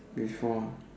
which one